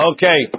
Okay